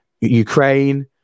Ukraine